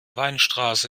weinstraße